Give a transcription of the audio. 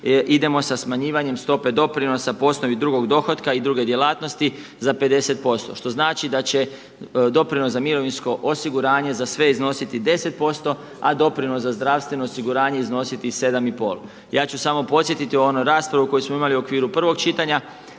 idemo sa smanjivanjem stope doprinosa po osnovi drugog dohotka i druge djelatnosti za 50% što znači da će doprinos za mirovinsko osiguranje za sve iznositi 10%, a doprinos za zdravstveno osiguranje iznositi 7 i pol. Ja ću samo podsjetiti na onu raspravu koju smo imali u okviru prvog čitanja,